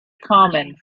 common